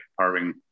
carving